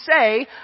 say